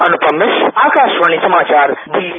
अनुपम मिश्र आकाशवाणी समाचार दिल्ली